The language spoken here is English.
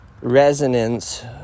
resonance